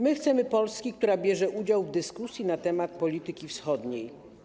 My chcemy Polski, która bierze udział w dyskusji na temat polityki wschodniej.